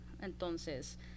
Entonces